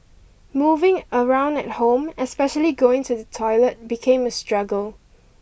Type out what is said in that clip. moving around at home especially going to the toilet became a struggle